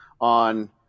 on